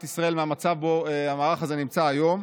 ישראל מהמצב שבו המערך הזה נמצא כיום,